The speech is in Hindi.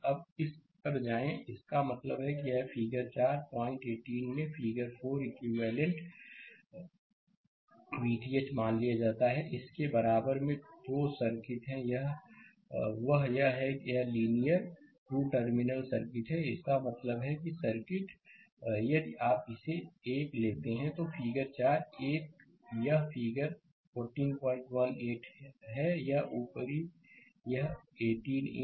स्लाइड समय देखें 0133 अब इस पर जाएं इसका मतलब है कि यह फिगर 4 पॉइंट 18 में फिगर 4 इक्विवेलेंट संदर्भ समय 0138 V TH मान लिया जाता है कि इसके बराबर में 2 सर्किट हैं वह यह है कि यह लीनियर 2 टर्मिनल सर्किट है इसका मतलब है कि यह सर्किट यदि आप इसे एक लेते हैं तो फिगर 4 यह फिगर 1418 a है यह ऊपरी एक यह 18 a